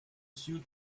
suit